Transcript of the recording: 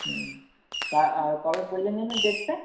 হুম তা কবে বললেন যেন ডেটটা